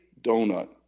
donut